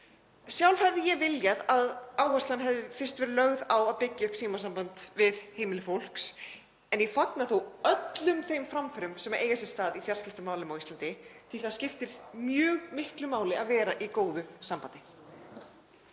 Sjálf hefði ég viljað að áherslan hefði fyrst verið lögð á að byggja upp símasamband við heimili fólks en ég fagna þó öllum þeim framförum sem eiga sér stað í fjarskiptamálum á Íslandi því að það skiptir mjög miklu máli að vera í góðu sambandi.